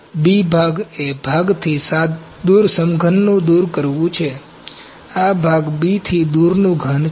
B ભાગ એ ભાગથી દૂર સમઘનનું દૂર કરવું છે આ ભાગ B થી દૂરનું ઘન છે